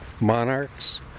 monarchs